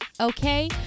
okay